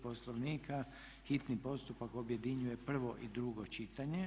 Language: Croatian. Poslovnika hitni postupak objedinjuje prvo i drugo čitanje.